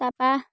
তাপা